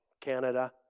Canada